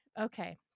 Okay